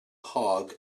hog